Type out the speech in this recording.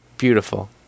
beautiful